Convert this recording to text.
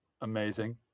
Amazing